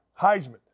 Heisman